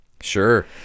Sure